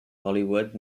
hollywood